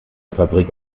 fabrik